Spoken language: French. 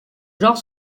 genre